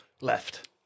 Left